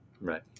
Right